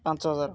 ପାଞ୍ଚ ହଜାର